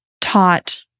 taught